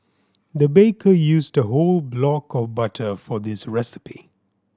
the baker used a whole block of butter for this recipe